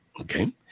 Okay